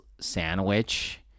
sandwich